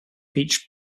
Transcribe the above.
beach